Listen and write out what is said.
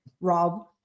rob